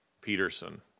Peterson